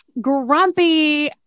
grumpy